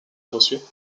bossuet